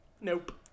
Nope